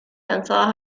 lanzadas